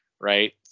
right